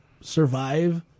survive